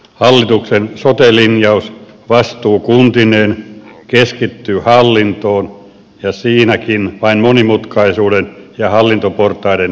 hallituksen sote linjaus vastuukuntineen keskittyy hallintoon ja siinäkin vain monimutkaisuuden ja hallintoportaiden lisäämiseen